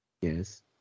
Yes